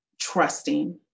Trusting